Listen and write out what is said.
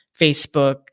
Facebook